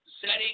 setting